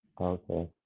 Okay